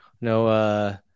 no